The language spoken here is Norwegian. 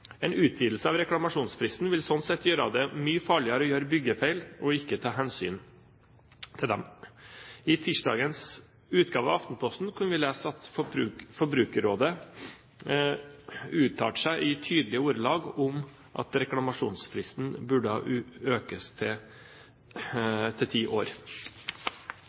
En utvidelse av reklamasjonsfristen vil sånn sett gjøre det mye farligere å gjøre byggefeil og ikke ta hensyn til dem. I tirsdagens utgave av Aftenposten kunne vi lese at Forbrukerrådet i tydelige ordelag uttalte seg om at reklamasjonsfristen burde økes til ti år.